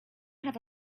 have